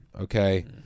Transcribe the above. Okay